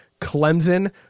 Clemson